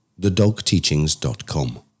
thedogteachings.com